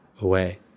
away